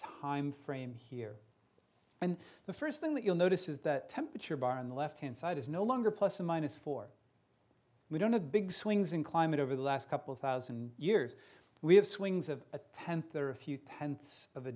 time frame here and the first thing that you'll notice is that temperature bar on the left hand side is no longer plus or minus four we don't have big swings in climate over the last couple thousand years we have swings of a tenth or a few tenths of a